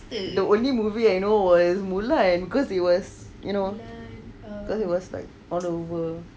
the only movie I know was mulan cause it was you know like all over